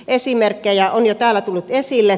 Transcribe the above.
esimerkkejä on jo täällä tullut esille